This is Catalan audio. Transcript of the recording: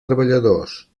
treballadors